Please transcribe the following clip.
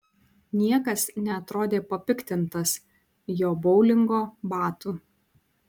niekas neatrodė papiktintas jo boulingo batų